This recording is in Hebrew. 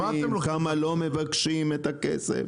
כמה לא מבקשים את הכסף?